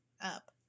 up